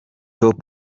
top